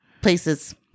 places